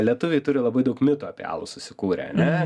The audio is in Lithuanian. lietuviai turi labai daug mitų apie alų susikūrę ane